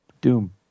Doom